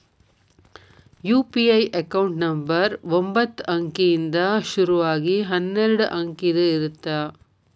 UPI account number ಒಂಬತ್ತ ಅಂಕಿಯಿಂದ್ ಶುರು ಆಗಿ ಹನ್ನೆರಡ ಅಂಕಿದ್ ಇರತ್ತ